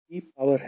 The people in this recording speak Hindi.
P पावर है